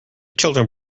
children